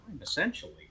essentially